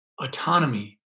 autonomy